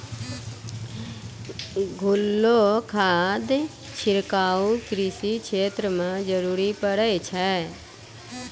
घोललो खाद छिड़काव कृषि क्षेत्र म जरूरी पड़ै छै